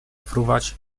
fruwać